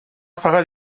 فقط